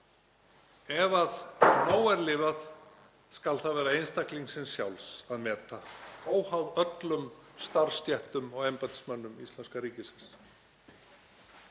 ef nóg er lifað skal það vera einstaklingsins sjálfs að meta, óháð öllum starfsstéttum og embættismönnum íslenska ríkisins.